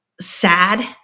sad